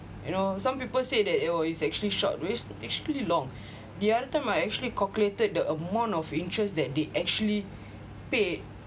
you know some people said that oh it's actually short actually long the other time I actually calculated the amount of interest that they actually paid